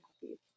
happy